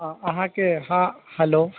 अऽ अहाँके हाँ हेलो